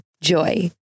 Joy